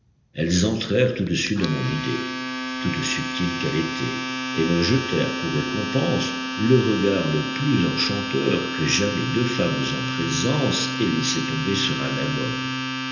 elles entrèrent tout de suite dans mon idée toute subtile qu'elle était et me jetèrent pour récompense le regard le plus enchanteur que jamais deux femmes en présence aient laissé tomber sur un même homme